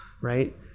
right